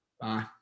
Bye